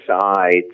sides